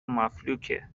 مفلوکه